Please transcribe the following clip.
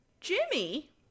Jimmy